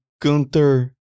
Gunther